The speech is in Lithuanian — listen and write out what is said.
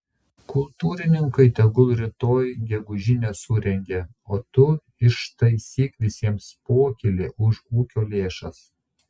kultūrininkai tegul rytoj gegužinę surengia o tu ištaisyk visiems pokylį už ūkio lėšas